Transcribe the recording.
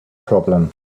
problem